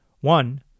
One